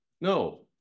No